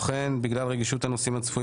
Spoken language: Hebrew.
שיש